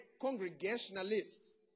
congregationalists